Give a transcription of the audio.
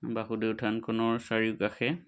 বাসুদেৱ থানখনৰ চাৰিওকাষে